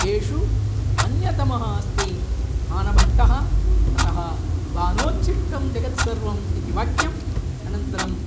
तेषु अन्यतमः अस्ति बाणभट्टः अतः बाणोच्छिष्टं जगत्सर्वम् इति वाक्यम् अनन्तरम्